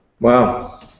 Wow